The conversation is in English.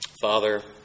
Father